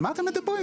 על מה אתם מדברים?